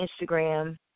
Instagram